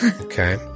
Okay